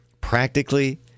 Practically